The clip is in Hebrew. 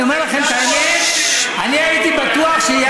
אני אומר לכם שאני הייתי בטוח שיאיר לפיד עומד לתמוך.